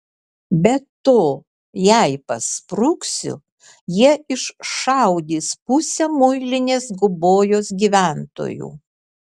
be to jei paspruksiu jie iššaudys pusę muilinės gubojos gyventojų